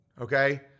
okay